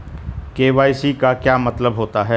KYC का क्या मतलब होता है?